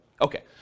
Okay